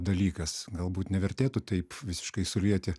dalykas galbūt nevertėtų taip visiškai sulieti